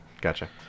Gotcha